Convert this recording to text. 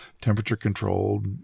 temperature-controlled